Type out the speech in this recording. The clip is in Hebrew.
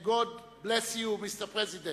and God bless you Mr. President